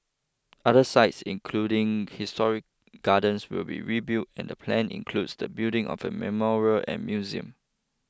other sites including history gardens will be rebuilt and the plan includes the building of a memorial and museum